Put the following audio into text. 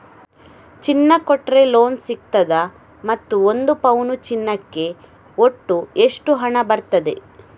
ಚಿನ್ನ ಕೊಟ್ರೆ ಲೋನ್ ಸಿಗ್ತದಾ ಮತ್ತು ಒಂದು ಪೌನು ಚಿನ್ನಕ್ಕೆ ಒಟ್ಟು ಎಷ್ಟು ಹಣ ಬರ್ತದೆ?